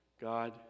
God